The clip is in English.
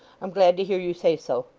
i'm glad to hear you say so.